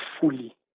fully